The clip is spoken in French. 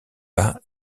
pas